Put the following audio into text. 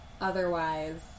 Otherwise